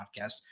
podcast